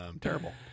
terrible